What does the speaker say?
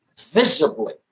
visibly